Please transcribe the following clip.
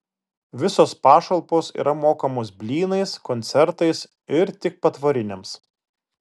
visos pašalpos yra mokamos blynais koncertais ir tik patvoriniams